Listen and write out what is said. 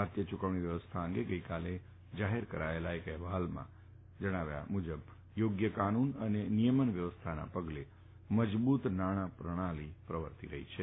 ભારતીય યુકવણી વ્યવસ્થા અંગે ગઈકાલે જાહેર કરાયેલા અહેવાલમાં જણાવ્યા અનુસાર યોગ્ય કાનૂન અને નિયમન વ્યવસ્થાના પગલે વધુ મજબુત નાણાં પ્રણાલી પ્રવર્તે છે